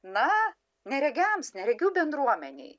na neregiams neregių bendruomenei